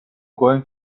going